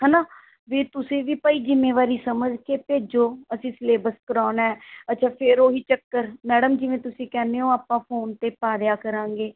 ਹੈ ਨਾ ਵੀ ਤੁਸੀਂ ਵੀ ਭਾਈ ਜ਼ਿੰਮੇਵਾਰੀ ਸਮਝ ਕੇ ਭੇਜੋ ਅਸੀਂ ਸਿਲੇਬਸ ਕਰਵਾਉਣਾ ਅੱਛਾ ਫਿਰ ਉਹੀ ਚੱਕਰ ਮੈਡਮ ਜਿਵੇਂ ਤੁਸੀਂ ਕਹਿੰਦੇ ਹੋ ਆਪਾਂ ਫੋਨ 'ਤੇ ਪਾ ਦਿਆ ਕਰਾਂਗੇ